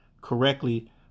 correctly